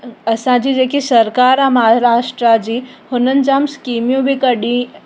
असांजी जेकी सरकारि आहे महाराष्ट्र जी हुननि जाम स्किमियूं बि कढी